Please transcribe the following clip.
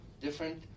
different